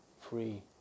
free